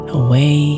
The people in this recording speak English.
away